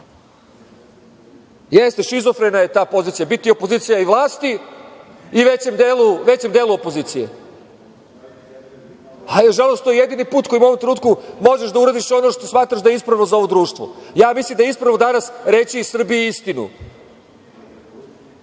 šizofrena je ta pozicija, biti opozicija vlasti i većem delu opozicije, ali, nažalost to je jedini put koji možeš u ovom trenutku da uradiš ono što smatraš da je ispravno za ovo društvo. Ja mislim da je ispravno danas reći Srbiji istinu.Za